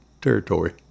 territory